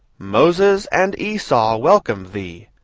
moses and esau welcome thee!